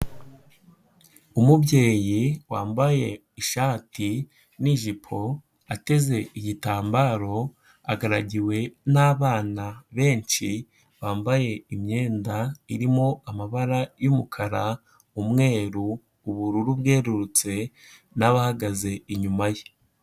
Umubyeyi wambaye ishati n'ijipo ateze igitambaro agaragiwe n'abana benshi bambaye imyenda irimo amabara y'umukara, umweru, ubururu bwerurutse n'abahagaze inyuma ye.